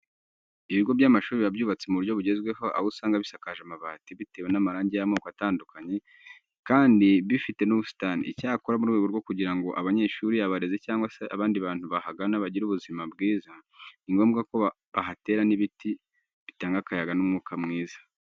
Ibigo by'amashuri biba byubatse mu buryo bugezweho, aho usanga bisakajwe amabati, bitewe amarange y'amoko atandukanye kandi bifite n'ubusitani. Icyakora mu rwego rwo kugira ngo abanyeshuri, abarezi cyangwa se abandi bantu bahagana bagire ubuzima bwiza, ni ngombwa ko bahatera n'ibiti bitanga akayaga n'umwuka mwiza.